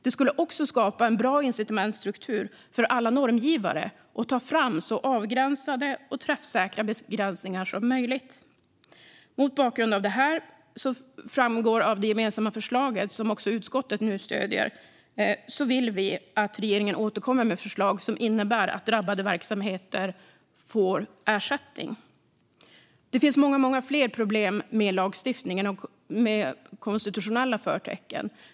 Det skulle också skapa en bra incitamentsstruktur för alla normgivare att ta fram så avgränsade och träffsäkra begränsningar som möjligt. Mot bakgrund av detta vill vi, som framgår av det gemensamma förslag som också utskottet nu stöder, att regeringen återkommer med förslag som innebär att drabbade verksamheter får ersättning. Det finns många fler problem med lagstiftningen, med konstitutionella förtecken.